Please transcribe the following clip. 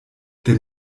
der